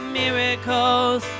miracles